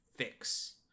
fix